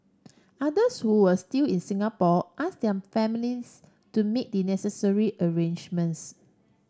others who were still in Singapore ask their families to make the necessary arrangements